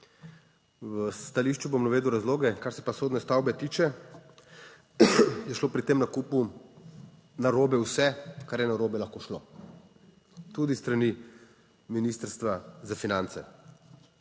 V stališču bom navedel razloge. Kar se pa sodne stavbe tiče, je šlo pri tem nakupu narobe vse kar je narobe lahko šlo tudi s strani Ministrstva za finance.